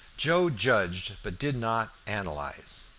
joe judged but did not analyze.